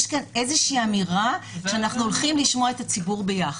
יש פה איזושהי אמירה שאנחנו הולכים לשמוע את הציבור יחד.